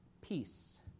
peace